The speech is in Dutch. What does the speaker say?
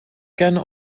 kennen